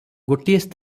ଗୋଟିଏ